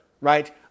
right